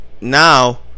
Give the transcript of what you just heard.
now